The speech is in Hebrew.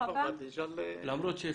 למרות שפספסת,